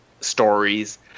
stories